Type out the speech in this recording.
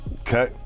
Okay